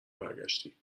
برگشتی